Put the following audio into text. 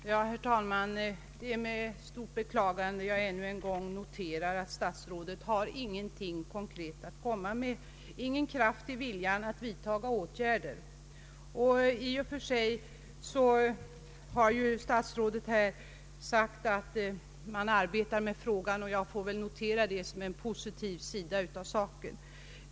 Herr talman! Det är med stort beklagande jag ännu en gång noterar att statsrådet Odhnoff inte har något konkret att komma med, ingen kraft i viljan att vidtaga åtgärder. I och för sig har statsrådet sagt att man arbetar med frågan, och jag får väl notera det som en positiv sak.